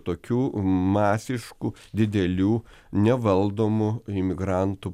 tokių masiškų didelių nevaldomų imigrantų